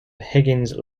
higgins